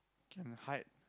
can hide